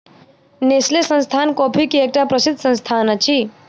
Nestle संस्थान coffee के एकटा प्रसिद्ध संस्थान अछि